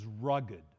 rugged